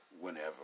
Whenever